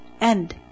end